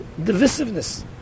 divisiveness